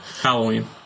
Halloween